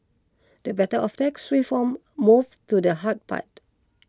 the battle for tax reform move to the hard part